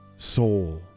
Soul